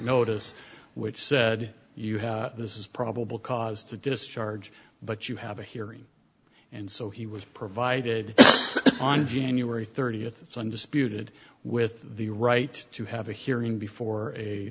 notice which said you have this is probable cause to discharge but you have a hearing and so he was provided on january thirtieth undisputed with the right to have a hearing before a